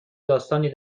داستانی